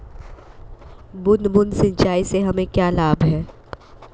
बूंद बूंद सिंचाई से हमें क्या लाभ है?